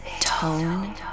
Tone